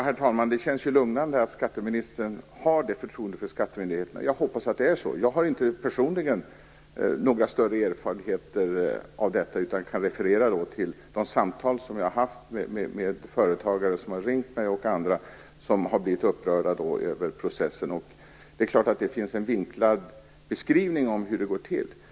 Herr talman! Det känns lugnande att skatteministern har förtroende för skattemyndigheterna. Jag har personligen inte några större erfarenheter av detta utan kan referera till de samtal som jag har haft med företagare som har ringt mig och andra, vilka har blivit upprörda över processen. Det är klart att det förekommer vinklade beskrivningar av hur det går till.